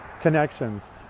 connections